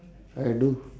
I do